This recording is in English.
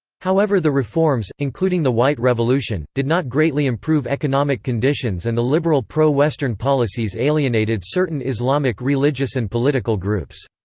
however the reforms, including the white revolution, did not greatly improve economic conditions and the liberal pro-western policies alienated certain islamic religious and political groups.